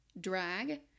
drag